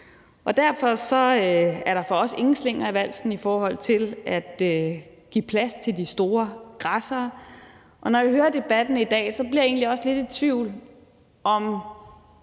Derfor er der for os ingen slinger i valsen i forhold til at give plads til de store græssere, og når jeg hører debatten i dag, bliver jeg egentlig også lidt i tvivl om,